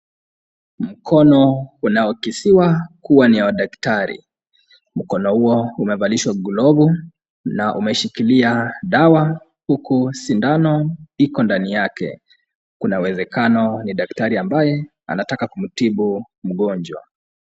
Mkono unaokisiwa kuwa ni wa daktari. Mkono huo umevalishwa glovu, na umeshikilia dawa, huku sindano iko ndani yake. Kuna uwezekano ni daktari ambaye anataka kumtibu mgonjwa.